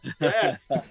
yes